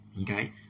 Okay